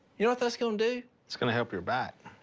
you know what that's gonna do? it's gonna help your back.